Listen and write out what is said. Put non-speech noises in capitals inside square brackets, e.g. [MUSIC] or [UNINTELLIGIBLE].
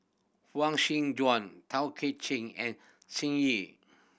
Huang [UNINTELLIGIBLE] Joan Tay Kay Chin and Shen Yi